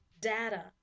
data